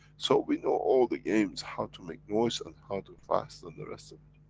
so, we know all the games, how to make noise and how to fast and the rest of